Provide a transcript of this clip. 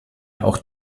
auch